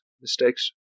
mistakes